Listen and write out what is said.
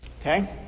Okay